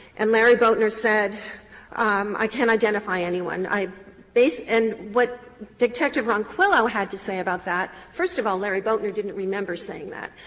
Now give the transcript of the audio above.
and larry boatner said i can't identify anyone. and based and what detective ronquillo had to say about that first of all, larry boatner didn't remember saying that.